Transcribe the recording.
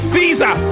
Caesar